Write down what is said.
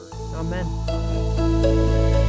amen